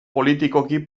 politikoki